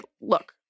look